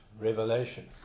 Revelation